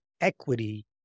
equity